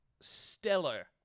stellar